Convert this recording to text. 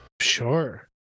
Sure